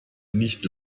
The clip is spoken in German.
nicht